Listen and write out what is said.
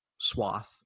swath